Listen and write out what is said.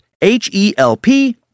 H-E-L-P